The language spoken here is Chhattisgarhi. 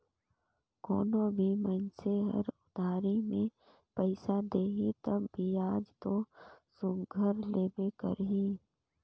कोनो भी मइनसे हर उधारी में पइसा देही तब बियाज दो सुग्घर लेबे करही